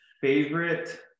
Favorite